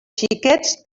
xiquets